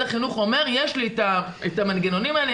החינוך אומר 'יש לי את המנגנונים האלה,